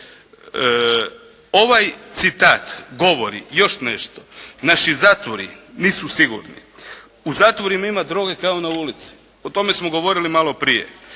Ovaj citat govori još nešto, naši zatvori nisu sigurni. U zatvorima ima droge kao na ulici, o tome smo govorili malo prije.